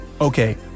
Okay